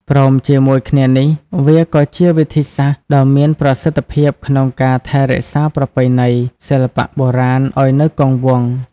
ព្រមជាមួយគ្នានេះ វាក៏ជាវិធីសាស្ត្រដ៏មានប្រសិទ្ធភាពក្នុងការ ថែរក្សាប្រពៃណី សិល្បៈបុរាណឱ្យនៅគង់វង្ស។